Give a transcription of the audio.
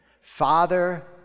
Father